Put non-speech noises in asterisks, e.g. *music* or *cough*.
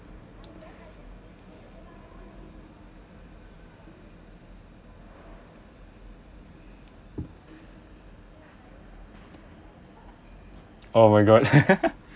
oh my god *laughs*